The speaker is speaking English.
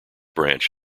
branch